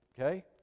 okay